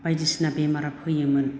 बायदिसिना बेमारा फैयोमोन